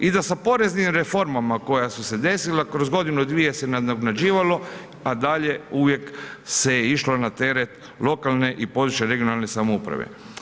I da sa poreznim reformama koje su se desile kroz godinu, dvije se nadoknađivalo, a dalje uvijek se išlo na teret lokalne i područne (regionalne) samouprave.